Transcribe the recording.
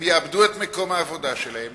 הם יאבדו את מקום העבודה שלהם